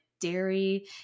dairy